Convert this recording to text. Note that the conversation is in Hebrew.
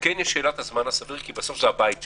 וכן יש שאלת הזמן הסביר, כי בסוף זה הבית שלהם.